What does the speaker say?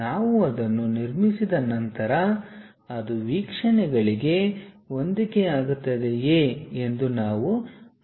ನಾವು ಅದನ್ನು ನಿರ್ಮಿಸಿದ ನಂತರ ಅದು ವೀಕ್ಷಣೆಗಳಿಗೆ ಹೊಂದಿಕೆಯಾಗುತ್ತದೆಯೇ ಎಂದು ನಾವು ಮರುಪರಿಶೀಲಿಸಬೇಕು